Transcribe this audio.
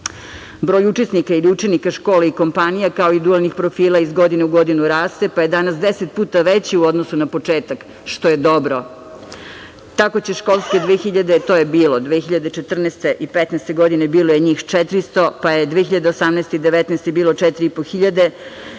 Broj učesnika ili učenika škole i kompanija, kao i dualnih profila iz godine u godinu raste pa je danas deset puta veći u odnosu na početak, što je dobro. Tako će školske, to je bilo, 2014. i 2015. godine bilo je njih 400, pa je 2018. i 2019. godine